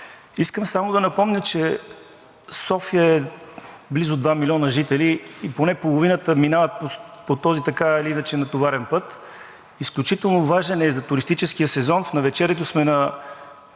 Искам само да напомня, че София е с близо два милиона жители и поне половината минават по този така или иначе натоварен път. Изключително важен е за туристическия сезон. В навечерието сме на